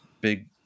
big